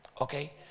okay